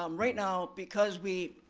um right now, because we,